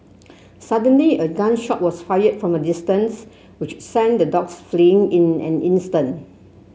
suddenly a gun shot was fired from a distance which sent the dogs fleeing in an instant